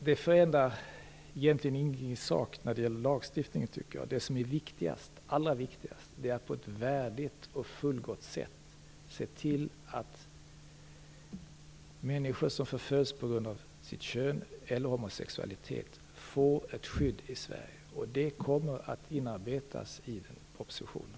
Det förändrar egentligen ingenting i sak när det gäller lagstiftningen. Det som är allra viktigast är att på ett värdigt och fullgott sätt se till att människor som förföljs på grund av sitt kön eller på grund av homosexualitet får ett skydd i Sverige. Det kommer att inarbetas i propositionen.